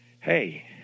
hey